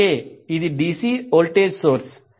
అలాగే ఇది DC voltage source